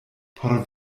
por